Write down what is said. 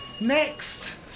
Next